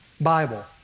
Bible